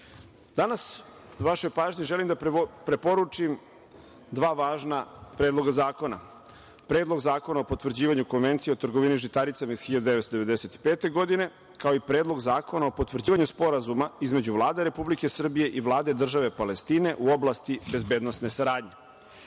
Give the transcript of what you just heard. danas vašoj pažnji želim da preporučim dva važna Predloga zakona: Predlog zakona o potvrđivanju Konvencije o trgovini žitaricama iz 1995. godine, kao i Predlog zakona o potvrđivanju Sporazuma između Vlade Republike Srbije i Vlade države Palestine u oblasti bezbednosne saradnje. Svaki